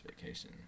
vacation